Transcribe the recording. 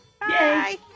bye